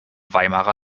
weimarer